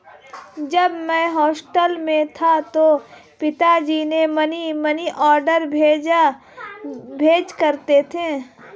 जब मैं हॉस्टल में था तो पिताजी मनीऑर्डर भेजा करते थे